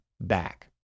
back